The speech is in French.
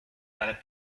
paraît